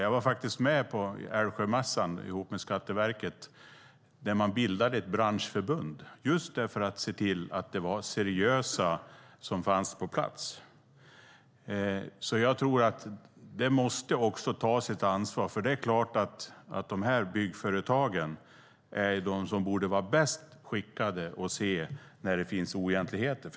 Jag var på Älvsjömässan med Skatteverket när ett branschförbund bildades just för att se till att de som fanns på plats var seriösa. Det måste tas ett ansvar. Byggföretagen borde ju vara bäst skickade att se när det finns oegentligheter.